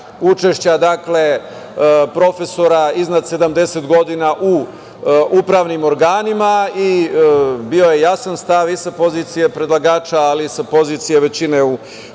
učešća, dakle, profesora iznad 70 godina u upravnim organima i bio je jasan stav i sa pozicije predlagača, ali i sa pozicije većine u